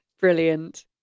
Brilliant